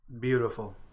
Beautiful